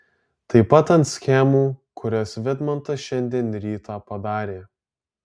taip pat ant schemų kurias vidmantas šiandien rytą padarė